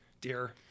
dear